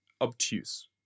obtuse